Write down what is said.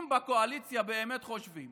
אם בקואליציה באמת חושבים